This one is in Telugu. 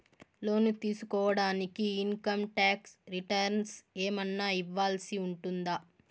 లోను తీసుకోడానికి ఇన్ కమ్ టాక్స్ రిటర్న్స్ ఏమన్నా ఇవ్వాల్సి ఉంటుందా